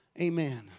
amen